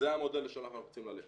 זה המודל שאנחנו רצים ללכת.